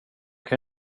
kan